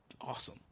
awesome